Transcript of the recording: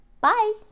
bye